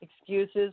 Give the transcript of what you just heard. excuses